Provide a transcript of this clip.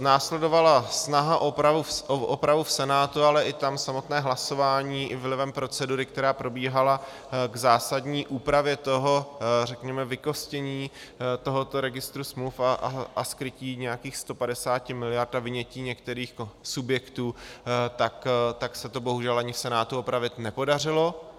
Následovala snaha o opravu v Senátu, ale i tam samotné hlasování i vlivem procedury, která probíhala, k zásadní úpravě toho řekněme vykostění tohoto registru smluv a skrytí nějakých 150 miliard a vynětí některých subjektů, tak se to bohužel ani v Senátu opravit nepodařilo.